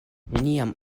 neniam